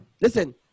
listen